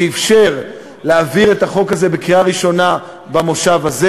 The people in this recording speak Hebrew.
שאפשר להעביר את החוק הזה בקריאה ראשונה במושב הזה.